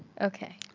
Okay